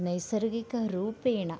नैसर्गिकरूपेण